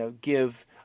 give